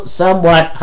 somewhat